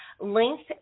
length